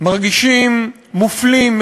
מרגישים מופלים,